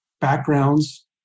backgrounds